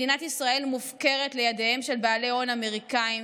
מדינת ישראל מופקרת לידיהם של בעלי הון אמריקאים,